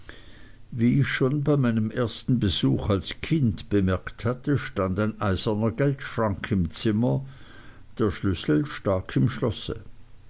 wie ich schon bei meinem ersten besuch als kind bemerkt hatte stand ein eiserner geldschrank im zimmer der schlüssel stak im schlosse